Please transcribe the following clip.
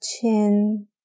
chin